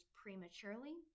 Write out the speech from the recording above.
prematurely